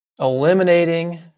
eliminating